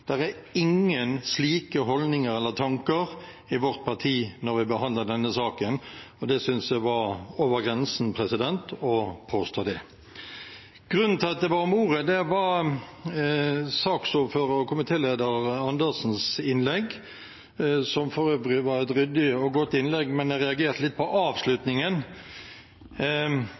er ingen slike holdninger eller tanker i vårt parti når vi behandler denne saken. Jeg synes det er over grensen å påstå det. Grunnen til at jeg ba om ordet, var saksordfører og komitéleder Dag Terje Andersens innlegg, som for øvrig var et ryddig og godt innlegg, men jeg reagerte litt på avslutningen.